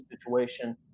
situation